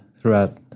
throughout